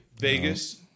Vegas